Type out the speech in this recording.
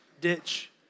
ditch